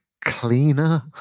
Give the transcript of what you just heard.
cleaner